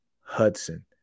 Hudson